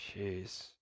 Jeez